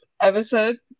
episode